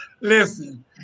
Listen